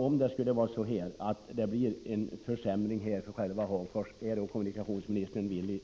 Om det skulle bli en försämring för Hagfors, är kommunikationsministern då villig